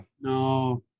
No